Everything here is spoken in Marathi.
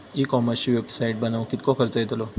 ई कॉमर्सची वेबसाईट बनवक किततो खर्च येतलो?